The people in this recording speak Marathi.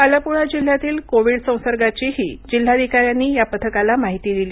अलापुळा जिल्ह्यातील कोविड संसर्गाचीही जिल्हाधिकाऱ्यांनी या पथकाला माहिती दिली